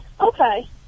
Okay